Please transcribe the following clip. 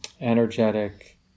energetic